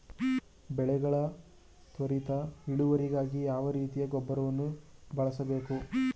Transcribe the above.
ಬೆಳೆಗಳ ತ್ವರಿತ ಇಳುವರಿಗಾಗಿ ಯಾವ ರೀತಿಯ ಗೊಬ್ಬರವನ್ನು ಬಳಸಬೇಕು?